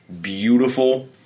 beautiful